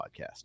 podcast